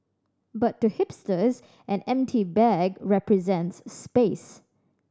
but to hipsters an empty bag represents space